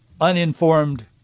uninformed